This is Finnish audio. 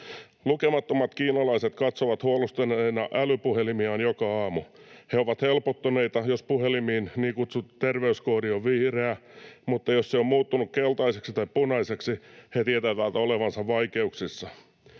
”Lukemattomat kiinalaiset katsovat huolestuneina älypuhelimiaan joka aamu. He ovat helpottuneita, jos puhelimen niin kutsuttu terveyskoodi on vihreä, mutta jos se on muuttunut keltaiseksi tai punaiseksi, he tietävät olevansa vaikeuksissa.